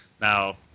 now